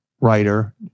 writer